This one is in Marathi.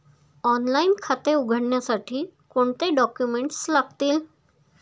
ऑनलाइन खाते उघडण्यासाठी कोणते डॉक्युमेंट्स लागतील?